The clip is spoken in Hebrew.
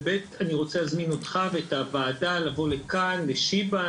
אני רוצה להזמין אותך ואת הוועדה לבוא לכאן לשיבא.